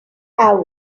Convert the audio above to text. have